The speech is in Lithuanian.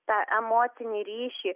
tą emocinį ryšį